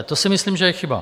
To si myslím, že je chyba.